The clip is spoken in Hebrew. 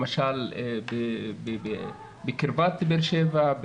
למשל בקרבת באר שבע,